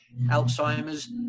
Alzheimer's